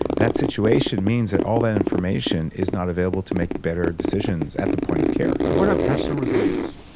that situation means that all that information is not available to make better decisions at the point of care. and what about personal resilience?